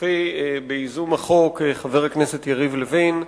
לשותפי בייזום החוק, חבר הכנסת יריב לוין,